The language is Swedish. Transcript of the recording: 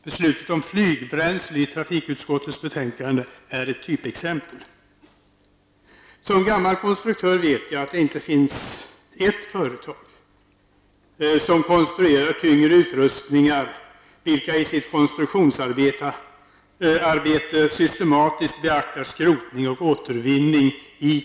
Beslutet om flygbränsle i trafikutskottets betänkande är ett typexempel. Som gammal konstruktör vet jag att det inte finns ett enda företag som konstruerar tyngre utrustningar som i sitt konstruktionsarbete systematiskt beaktar skrotning och återvinning.